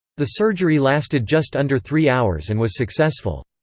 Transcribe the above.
the surgery lasted just under three hours and was successful.